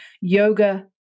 yoga